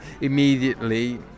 immediately